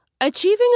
Achieving